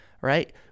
right